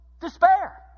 despair